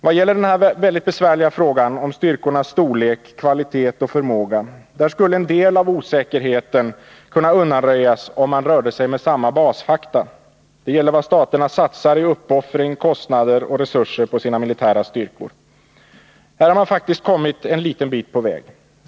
Vad gäller den besvärliga frågan om styrkornas storlek, kvalitet och förmåga skulle en del av osäkerheten kunna undanröjas om man rörde sig med samma basfakta. Det gäller vad staterna satsar i uppoffring, kostnader och resurser på sina militära styrkor. Här har man faktiskt kommit en liten bit på väg.